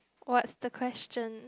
what's the question